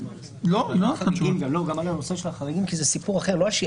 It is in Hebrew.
נושא החריגים הוא סיפור אחר,